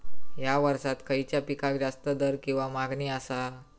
हया वर्सात खइच्या पिकाक जास्त दर किंवा मागणी आसा?